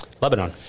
Lebanon